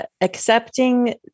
accepting